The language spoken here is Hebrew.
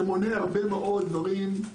שמונה הרבה מאוד דברים.